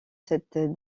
cette